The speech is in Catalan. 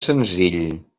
senzill